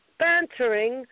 bantering